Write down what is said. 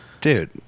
Dude